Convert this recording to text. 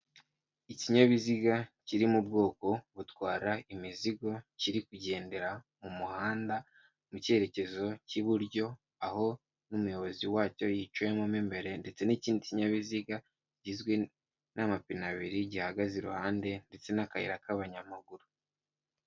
Ikinyabiziga kiri mu bwoko butwara imizigo, kiri kugendera mu muhanda mu cyerekezo cy'iburyo aho n'umuyobozi wacyo yicayemo imbere. Ndetse n'ikindi kinyabiziga kigizwe n'amapine abiri gihagaze iruhande ndetse n'akayira k'abanyamaguru.